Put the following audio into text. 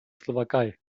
slowakei